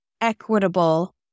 equitable